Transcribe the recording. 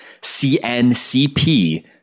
cncp